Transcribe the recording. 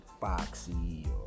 Foxy